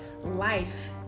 life